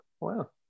Wow